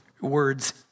words